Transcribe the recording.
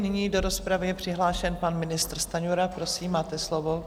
Nyní do rozpravy je přihlášen pan ministr Stanjura, prosím, máte slovo.